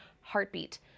heartbeat